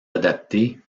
adaptés